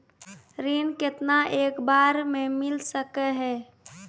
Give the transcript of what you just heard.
ऋण केतना एक बार मैं मिल सके हेय?